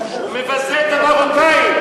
מה זה הדברים האלה?